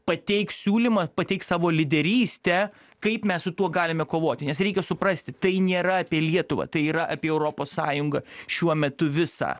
pateiks siūlymą pateiks savo lyderystę kaip mes su tuo galime kovoti nes reikia suprasti tai nėra apie lietuvą tai yra apie europos sąjungą šiuo metu visą